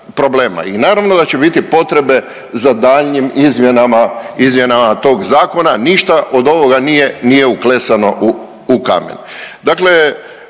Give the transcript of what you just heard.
i naravno da će biti potrebe za daljnjim izmjenama tog zakona, ništa od ovoga nije uklesano u kamen.